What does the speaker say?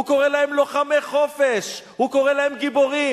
הוא קורא להם לוחמי חופש, הוא קורא להם גיבורים.